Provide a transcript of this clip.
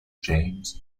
james